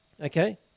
Okay